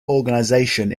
organization